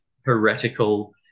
heretical